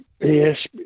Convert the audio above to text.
Yes